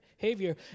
behavior